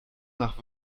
nach